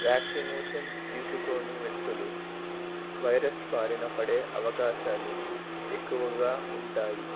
vaccination తీసుకోని వ్యక్తులు virus భారిన పడే అవకాశాలు ఎక్కువగా ఉంటాయి